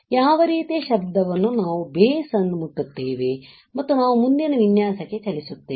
ಯಾವ ರೀತಿಯ ಶಬ್ದವನ್ನು ನಾವು ಬೇಸ್ ಅನ್ನು ಮುಟ್ಟುತ್ತೇವೆ ಮತ್ತು ನಾವು ಮುಂದಿನ ವಿನ್ಯಾಸಕ್ಕೆ ಚಲಿಸುತ್ತೇವೆ